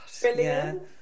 Brilliant